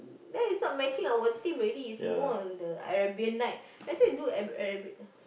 then it's not matching our theme already it's more on the Arabian night might as well do Arabian Arabian